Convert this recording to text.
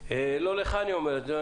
לא לך אני אומר את זה,